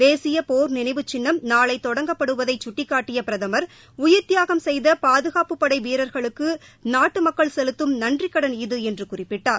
தேசிய போர் நினைவுச் சின்னம் நாளை தொடங்கப்படுவதை சுட்டிக்காட்டிய பிரதமர் உயிர்த்தியாகம் செய்த பாதுகாப்புப் படை வீரர்களுக்கு நாட்டு மக்கள் செலுத்தும் நன்றிக் கடன் இது என்று குறிப்பிட்டார்